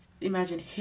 imagine